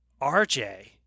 RJ